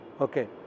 okay